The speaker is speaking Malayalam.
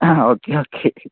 ah okay okay